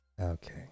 Okay